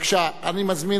חבר הכנסת בן-ארי.